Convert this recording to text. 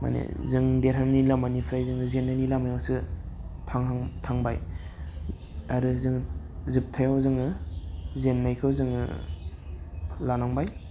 माने जों देरहानायनि लामानिफ्राय जोङो जेननायनि लामायावसो थांबाय आरो जों जोबथायाव जोङो जेन्नायखौ जोङो लानांबाय